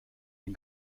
den